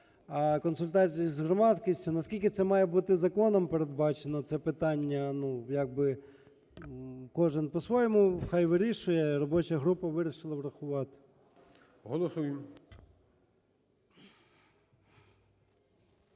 консультацій з громадськістю. Наскільки це має бути законом передбачено, це питання, ну, як би кожен по своєму хай вирішує. Робоча група вирішила врахувати. ГОЛОВУЮЧИЙ.